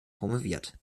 promoviert